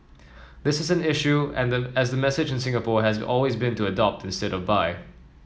this is an issue and as the message in Singapore has always been to adopt instead of buy